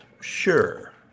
Sure